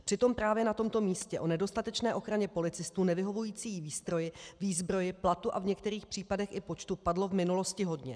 Přitom právě na tomto místě o nedostatečné ochraně policistů, nevyhovující výstroji, výzbroji, platu a v některých případech i počtu padlo v minulosti hodně.